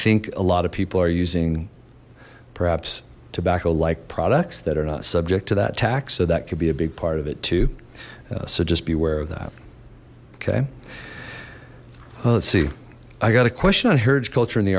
think a lot of people are using perhaps tobacco like products that are not subject to that tax so that could be a big part of it too so just be aware of that okay let's see i got a question on huge culture in the